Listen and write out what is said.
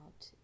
out